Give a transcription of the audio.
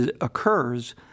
occurs